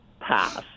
pass